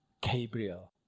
Gabriel